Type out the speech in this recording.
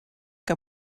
que